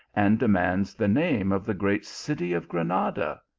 and demands the name of the great city of granada.